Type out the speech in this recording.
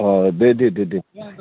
अ दे दे दे